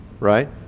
Right